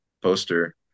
poster